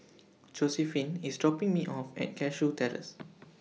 Josiephine IS dropping Me off At Cashew Terrace